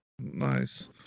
Nice